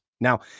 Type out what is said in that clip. Now